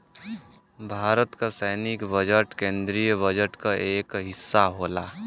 भारत क सैनिक बजट केन्द्रीय बजट क एक हिस्सा होला